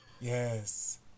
Yes